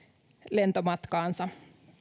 lentomatkaansa